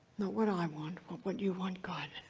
not what i want, but what you want, god.